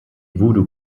voodoo